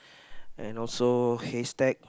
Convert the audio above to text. and also haystack